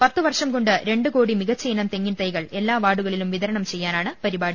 പത്ത് വർഷം കൊണ്ട് രണ്ട് കോടി മികച്ച ഇനം തെങ്ങിൻ തൈകൾ എല്ലാ വാർഡുകളിലും വിതരണം ചെയ്യാനാണ് പരി പാടി